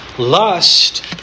Lust